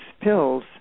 pills